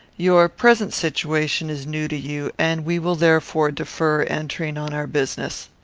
your present situation is new to you, and we will therefore defer entering on our business.